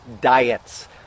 diets